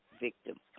victims